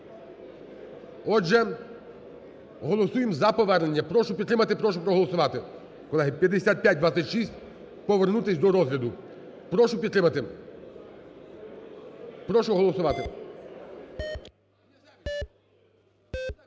Отже, голосуємо за повернення. Прошу підтримати, прошу проголосувати. Колеги, 5526 – повернутись до розгляду. Прошу підтримати, прошу голосувати.